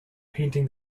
painting